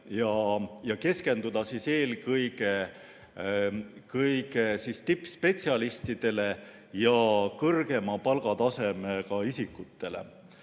ja keskenduda eelkõige tippspetsialistidele ja muudele kõrgema palgatasemega isikutele.